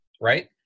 Right